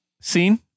Scene